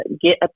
get